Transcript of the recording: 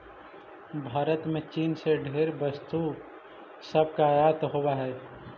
भारत में चीन से ढेर वस्तु सब के आयात होब हई